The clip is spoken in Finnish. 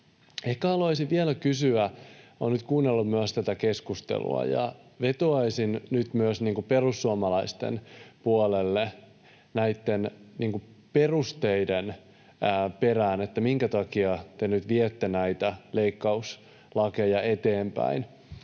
haluaisin vielä kysyä, kun olen nyt kuunnellut myös tätä keskustelua, ja vetoaisin myös perussuomalaisten puolelle näitten perusteiden perään, minkä takia te nyt viette näitä leikkauslakeja eteenpäin.